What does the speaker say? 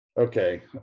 Okay